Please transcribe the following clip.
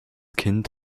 kind